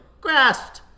grasped